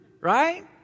Right